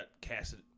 casted